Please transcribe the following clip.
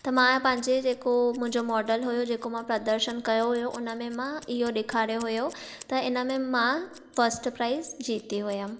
त मां पंहिंजे जेको मुंहिंजो मोडल हुयो जेको मां प्रदर्शन कयो हुयो हुन में मां इहो ॾेखारियो हुयो त इन में मां फस्ट प्राइज़ जीती हुयमि